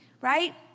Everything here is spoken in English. right